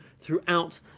throughout